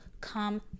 come